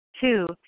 Two